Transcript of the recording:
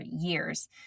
years